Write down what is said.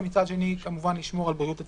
ומצד שני כמובן לשמור על בריאות הציבור.